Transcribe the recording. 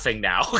now